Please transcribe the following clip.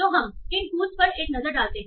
तो हम इन टूल्स पर एक नजर डालते हैं